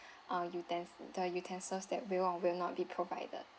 uh uten~ the utensils that will or will not be provided